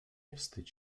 wstydź